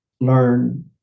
learn